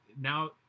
now